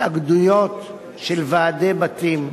התאגדויות של ועדי בתים,